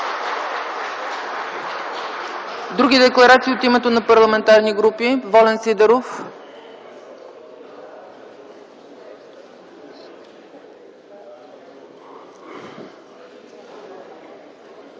Други декларации от името на парламентарни групи? Няма желаещи.